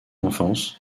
enfance